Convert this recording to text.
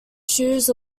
shoes